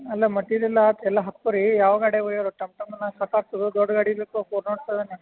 ಅಲ್ಲ ಮಟಿರಿಯಲ್ ಹಾಕ್ ಎಲ್ಲ ಹಾಕ್ತೀವ್ ರೀ ಯಾವ ಗಾಡ್ಯಾಗೆ ಒಯ್ಯೋದು ಟಮ್ ಟಮ್ಮನೇ ಸಾಕಾಗ್ತದ್ಯೋ ದೊಡ್ಡ ಗಾಡಿ ಬೇಕೋ ಫೋರ್ ನಾಟ್ ಸವೆನ್ನ